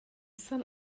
son